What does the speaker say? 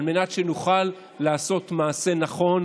על מנת שנוכל לעשות מעשה נכון,